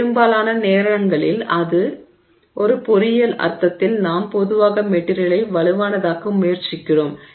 பெரும்பாலான நேரங்களில் ஒரு பொறியியல் அர்த்தத்தில் நாம் பொதுவாக மெட்டிரியலை வலுவானதாக்க முயற்சிக்கிறோம்